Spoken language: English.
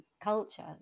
culture